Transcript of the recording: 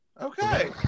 Okay